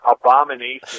abomination